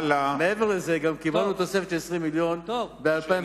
מעבר לזה, קיבלנו גם תוספת של 20 מיליון ב-2009.